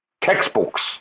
textbooks